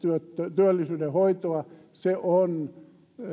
työllisyydenhoitoa vaan se on